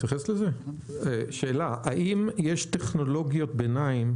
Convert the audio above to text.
האם יש טכנולוגיות ביניים,